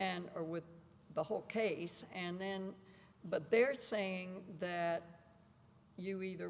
and or with the whole case and then but they are saying that you either